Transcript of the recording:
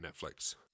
Netflix